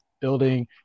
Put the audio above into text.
building